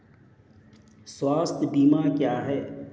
स्वास्थ्य बीमा क्या है?